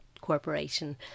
Corporation